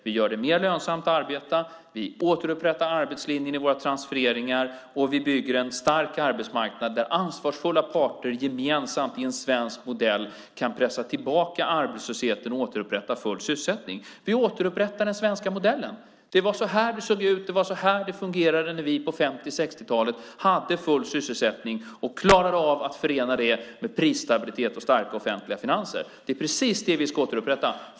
Vi gör det mer lönsamt att arbeta, vi återupprättar arbetslinjen i våra transfereringar och vi bygger en stark arbetsmarknad där ansvarsfulla parter gemensamt i en svensk modell kan pressa tillbaka arbetslösheten och återupprätta full sysselsättning. Vi återupprättar den svenska modellen. Det var så här det såg ut och det var så här det fungerade när vi på 50 och 60-talet hade full sysselsättning och klarade av att förena det med prisstabilitet och starka offentliga finanser. Det är precis det vi ska återupprätta.